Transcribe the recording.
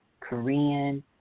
Korean